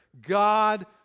God